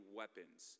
weapons